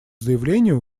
заявлению